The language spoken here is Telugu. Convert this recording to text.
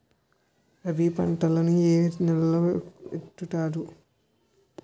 రబీ పంటలను ఏ నెలలో విత్తుతారు?